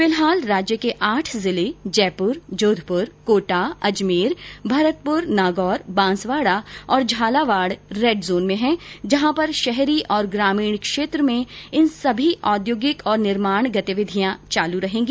फिलहाल राज्य के आठ जिले जयपुर जोधपुर कोटा अजमेर भरतपुर नागौर बांसवाडा और झालावाड़ रेड जोन में है जहां पर शहरी और ग्रामीण क्षेत्र में सभी औद्योगिक और निर्माण गतिविधियां चालू रहेंगी